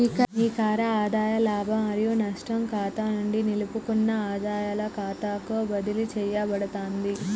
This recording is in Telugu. నికర ఆదాయ లాభం మరియు నష్టం ఖాతా నుండి నిలుపుకున్న ఆదాయాల ఖాతాకు బదిలీ చేయబడతాంది